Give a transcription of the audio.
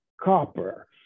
copper